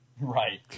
Right